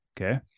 Okay